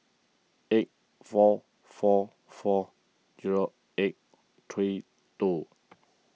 eight four four four zero eight three two